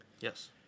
Yes